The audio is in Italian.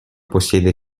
possiede